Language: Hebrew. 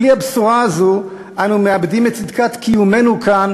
בלי הבשורה הזאת אנו מאבדים את צדקת קיומנו כאן